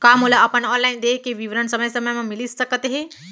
का मोला अपन ऑनलाइन देय के विवरण समय समय म मिलिस सकत हे?